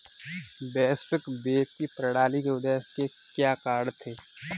वैश्विक वित्तीय प्रणाली के उदय के क्या कारण थे?